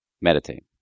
Meditate